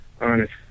honest